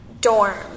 dorm